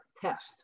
test